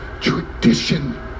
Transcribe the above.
tradition